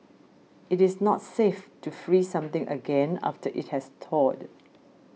it is not safe to freeze something again after it has thawed